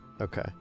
okay